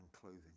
clothing